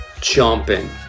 jumping